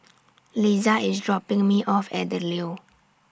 Liza IS dropping Me off At The Leo